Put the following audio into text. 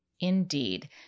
Indeed